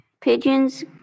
Pigeons